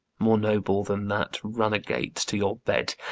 more noble than that runagate to your bed,